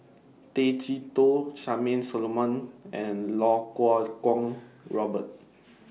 Tay Chee Toh Charmaine Solomon and Iau Kuo Kwong Robert